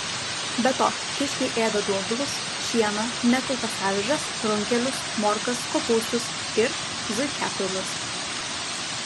be to kiškiai ėda dobilus šieną nekultas avižas runkelius morkas kopūstus ir zuikiakrūmius